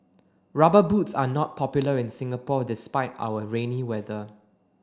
rubber boots are not popular in Singapore despite our rainy weather